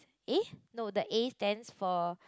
eh no the A stands for